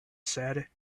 said